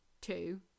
two